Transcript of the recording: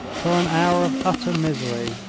for an hour of utter misery,